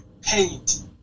paint